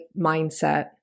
mindset